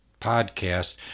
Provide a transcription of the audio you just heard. podcast